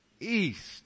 east